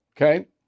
Okay